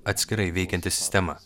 atskirai veikianti sistema